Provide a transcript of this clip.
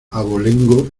abolengo